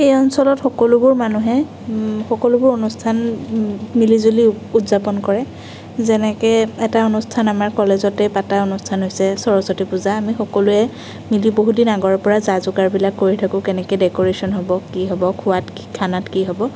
এই অঞ্চলত সকলোবোৰ মানুহে সকলোবোৰ অনুষ্ঠান মিলি জুলি উদযাপন কৰে যেনেকৈ এটা অনুষ্ঠান আমাৰ কলেজতে পাতা অনুষ্ঠান হৈছে সৰস্বতী পূজা আমি সকলোৱে মিলি বহুত দিন আগৰ পৰা যা যোগাৰবিলাক কৰি থাকোঁ কেনেকৈ ডেক'ৰেশ্যন হ'ব কি হ'ব খোৱা খানাত কি হ'ব